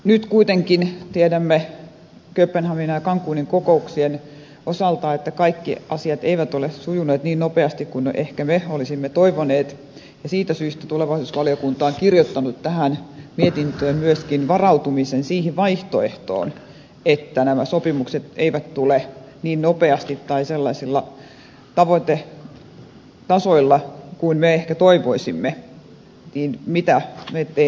nyt kuitenkin tiedämme kööpenhaminan ja cancunin kokouksien osalta että kaikki asiat eivät ole sujuneet niin nopeasti kuin ehkä me olisimme toivoneet ja siitä syystä tulevaisuusvaliokunta on kirjoittanut tähän mietintöön myöskin varautumisen siihen vaihtoehtoon että nämä sopimukset eivät tule niin nopeasti tai sellaisilla tavoitetasoilla kuin me ehkä toivoisimme eli mitä me teemme sitten